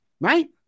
right